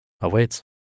awaits